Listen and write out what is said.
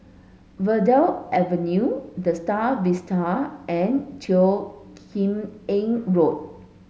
Verde Avenue The Star Vista and Teo Kim Eng Road